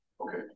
okay